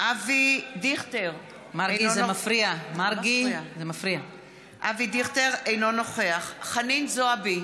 אבי דיכטר, אינו נוכח חנין זועבי,